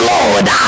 Lord